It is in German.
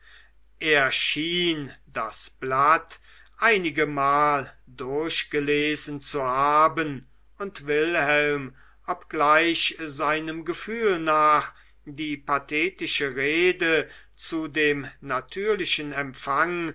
schien das blatt einigemal durchgelesen zu haben und wilhelm obgleich seinem gefühl nach die pathetische rede zu dem natürlichen empfang